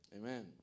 Amen